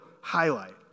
highlight